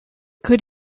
could